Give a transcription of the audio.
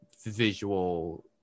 visual